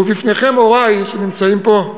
ובפניכם, הורי, שנמצאים פה,